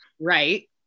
Right